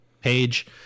page